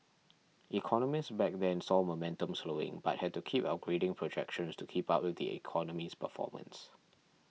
economists back then saw momentum slowing but had to keep upgrading projections to keep up with the economy's performance